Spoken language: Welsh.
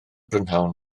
prynhawn